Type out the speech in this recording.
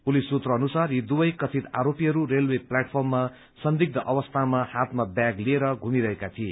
police सूत्र अनुसार यी दुवै कथित आरोपीहरू रेलवे प्लेटफर्ममा संदिग्ध अवस्थामा हाथमा ब्याग लिएर घुमिरहेका थिए